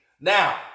Now